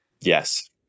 Yes